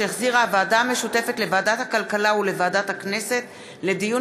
שהחזירה הוועדה המשותפת לוועדת הכלכלה ולוועדת הכנסת לדיון